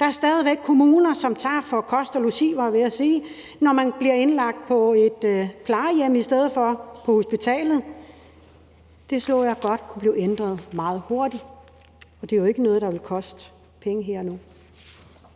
Der er stadig væk kommuner, der tager for kost og logi, var jeg ved at sige, når man bliver indlagt på et plejehjem i stedet for på hospitalet. Det så jeg gerne blev ændret meget hurtigt, og det er jo ikke noget, der vil koste penge her og